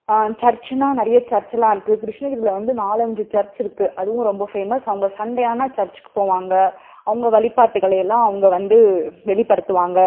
சர்ச்சுனா நிறைய சர்ச்லாம் இருக்கு கிருஷ்ணகிரியில வந்து நாலஞ்சு சர்ச் இருக்கு அதுவும் ரொம்ப ஃபேமஸ் அவங்க சண்டே ஆனால் சர்ச்க்கு போவாங்க அவங்க வழிப்பாட்டுகளை எல்லாம் அவங்க வந்து வெளிப்படுத்துவாங்க